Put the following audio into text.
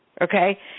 okay